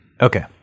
Okay